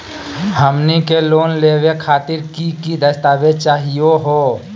हमनी के लोन लेवे खातीर की की दस्तावेज चाहीयो हो?